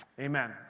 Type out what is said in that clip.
Amen